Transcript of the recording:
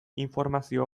informazio